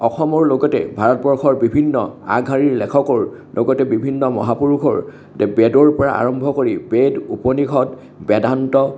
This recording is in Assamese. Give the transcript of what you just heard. অসমৰ লগতে ভাৰতবৰ্ষৰ বিভিন্ন আগশাৰীৰ লেখকৰ লগতে বিভিন্ন মহাপুৰুষৰ দে বেদৰ পৰা অৰম্ভ কৰি বেদ উপনিষদ বেদান্ত